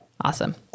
Awesome